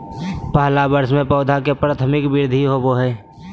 पहला वर्ष में पौधा के प्राथमिक वृद्धि होबो हइ